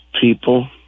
people